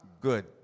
Good